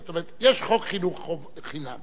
זאת אומרת, יש חוק חינוך חינם